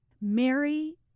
Mary